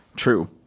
True